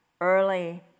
early